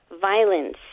violence